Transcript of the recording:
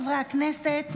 חברי הכנסת,